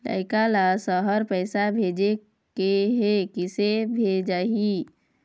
लइका ला शहर पैसा भेजें के हे, किसे भेजाही